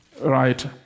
Right